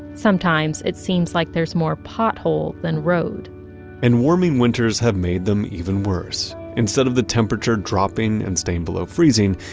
sometimes it seems like there's more pothole than road and warming winters have made them even worse. instead of the temperature dropping and staying below freezing,